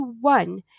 one